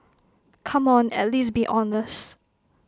come on at least be honest